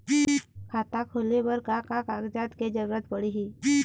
खाता खोले बर का का कागजात के जरूरत पड़ही?